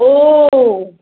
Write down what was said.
ओ